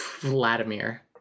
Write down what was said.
Vladimir